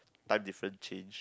time different change